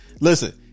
listen